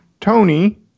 Tony